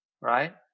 right